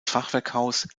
fachwerkhaus